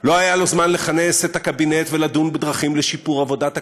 לא היה לו זמן לכנס את הקבינט ולדון בדרכים לשיפור עבודת הקבינט,